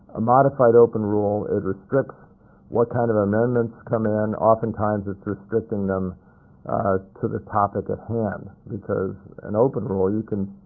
a modified open rule, it restricts what kind of amendments come in. oftentimes it's restricting them to the topic at hand, because an open rule you can